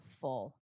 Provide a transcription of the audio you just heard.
full